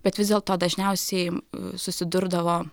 bet vis dėlto dažniausiai susidurdavo